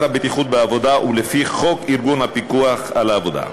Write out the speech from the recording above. הבטיחות בעבודה ולפי חוק ארגון הפיקוח על העבודה.